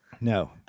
No